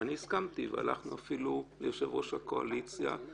ואני הסכמתי והלכנו אפילו ליושב-ראש הקואליציה.